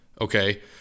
okay